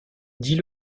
dis